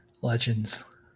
legends